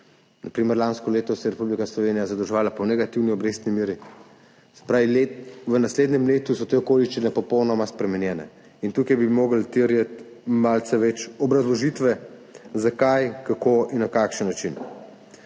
na primer lansko leto se je Republika Slovenija zadolževala po negativni obrestni meri, se pravi, v naslednjem letu so te okoliščine popolnoma spremenjene – morali terjati malce več obrazložitve zakaj, kako in na kakšen način.